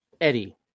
Eddie